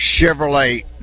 Chevrolet